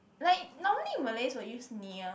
like normally Malays will use [nia]